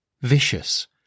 vicious